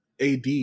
AD